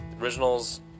original's